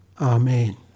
Amen